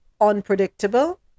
unpredictable